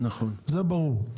זה ברור.